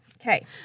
Okay